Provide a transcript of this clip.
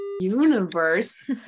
universe